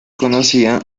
conocida